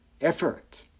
effort